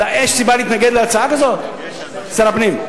יש סיבה להתנגד להצעה כזו, שר הפנים?